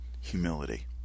Humility